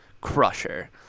Crusher